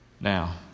Now